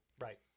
right